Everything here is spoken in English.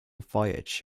voyage